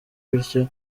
bityo